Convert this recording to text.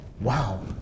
wow